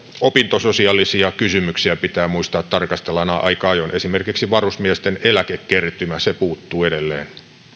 opintososiaalisia kysymyksiä pitää muistaa tarkastella aina aika ajoin esimerkiksi varusmiesten eläkekertymä puuttuu edelleen